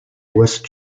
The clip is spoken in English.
west